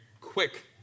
quick